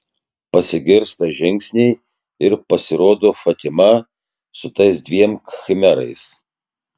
pasigirsta žingsniai ir pasirodo fatima su tais dviem khmerais